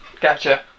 Gotcha